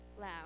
loud